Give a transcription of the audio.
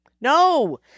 No